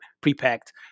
pre-packed